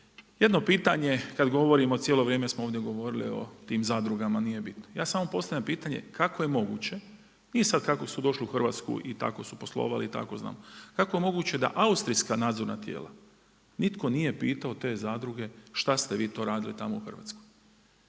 Jedno pitanje kada govorimo, cijelo vrijeme smo ovdje govorili o tim zadrugama, nije bitno. Ja samo postavljam pitanje kako je moguće, nije sad kako su došli u Hrvatsku i tako su poslovali i tako znam, kako moguće da austrijska nadzorna tijela nitko nije pitao te zadruge šta ste vi to radili tamo u Hrvatskoj.